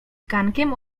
gankiem